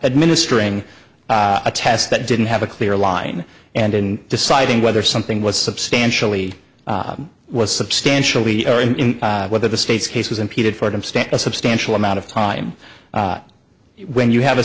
administering a test that didn't have a clear line and in deciding whether something was substantially was substantially or in whether the state's case was impeded for them stand a substantial amount of time when you have a